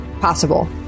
possible